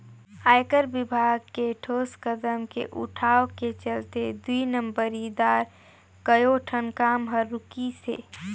आयकर विभाग के ठोस कदम के उठाव के चलते दुई नंबरी दार कयोठन काम हर रूकिसे